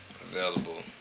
available